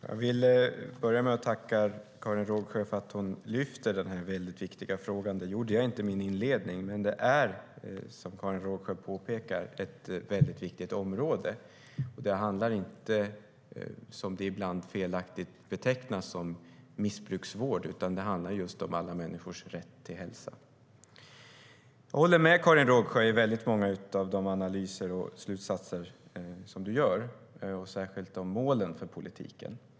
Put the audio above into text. Fru talman! Jag vill börja med att tacka Karin Rågsjö för att hon lyfter fram denna mycket viktiga fråga. Det gjorde jag inte i min inledning. Men det är, som Karin Rågsjö påpekar, ett väldigt viktigt område. Det handlar inte om, som det ibland felaktigt betecknas, missbruksvård, utan det handlar just om alla människors rätt till hälsa. Jag håller med Karin Rågsjö om väldigt många av hennes analyser och slutsatser och särskilt om målen för politiken.